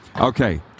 Okay